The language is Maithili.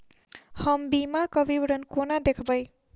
हम बीमाक विवरण कोना देखबै?